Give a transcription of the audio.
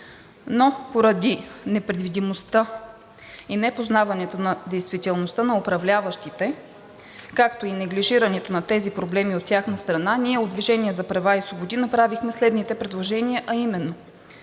Но поради непредвидимостта и непознаването на действителността от управляващите, както и неглижирането на тези проблеми от тяхна страна ние от „Движение за права и свободи“ направихме следните предложения, а именно: